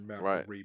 Right